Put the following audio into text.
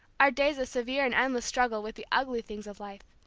our days a severe and endless struggle with the ugly things of life.